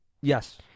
yes